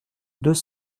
deux